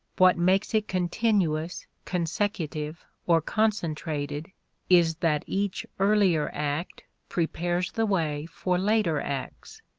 what makes it continuous, consecutive, or concentrated is that each earlier act prepares the way for later acts,